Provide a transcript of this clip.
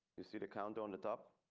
you see the count on the top.